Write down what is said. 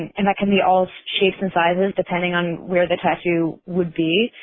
and that can be all shapes and sizes depending on where the tattoo would be.